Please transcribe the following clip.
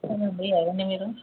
అవునండి ఎవరండి మీరు